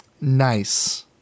Nice